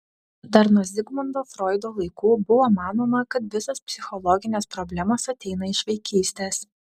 dar nuo zigmundo froido laikų buvo manoma kad visos psichologinės problemos ateina iš vaikystės